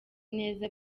neza